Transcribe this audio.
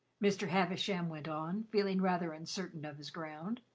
mr. havisham went on, feeling rather uncertain of his ground,